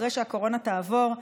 אחרי שהקורונה תעבור,